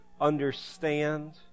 understand